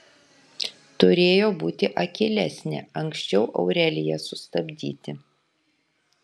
turėjo būti akylesnė anksčiau aureliją sustabdyti